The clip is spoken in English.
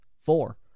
four